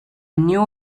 knew